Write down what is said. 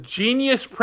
genius